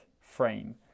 frame